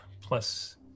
plus